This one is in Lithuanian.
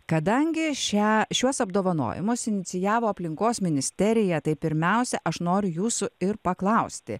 kadangi šią šiuos apdovanojimus inicijavo aplinkos ministerija tai pirmiausia aš noriu jūsų ir paklausti